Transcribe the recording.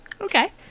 Okay